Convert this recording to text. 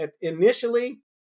Initially